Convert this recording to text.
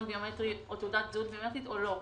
ביומטרי או תעודת זהות ביומטרית או לא.